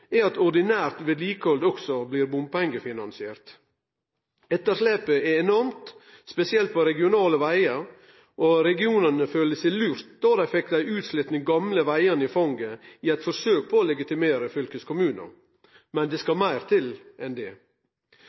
er at ordinært vedlikehald også blir bompengefinansiert. Etterslepet er enormt, spesielt på regionale vegar, og regionane føler seg lurt over at dei fekk dei utslitne, gamle vegane i fanget i eit forsøk på å legitimere fylkeskommunen, men det skal meir til enn det.